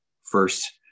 first